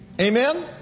Amen